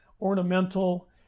ornamental